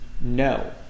No